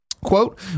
Quote